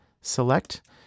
select